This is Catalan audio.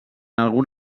algun